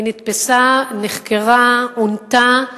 היא נתפסה, נחקרה, עונתה,